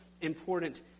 important